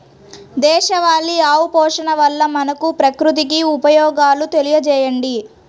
దేశవాళీ ఆవు పోషణ వల్ల మనకు, ప్రకృతికి ఉపయోగాలు తెలియచేయండి?